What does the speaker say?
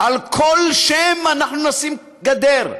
על כל שם אנחנו נשים גדר,